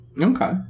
Okay